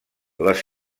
les